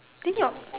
then your